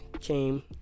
came